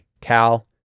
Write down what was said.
Cal